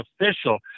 official